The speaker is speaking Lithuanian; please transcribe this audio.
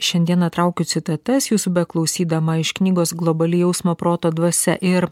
šiandieną traukiu citatas jūsų beklausydama iš knygos globali jausmo proto dvasia ir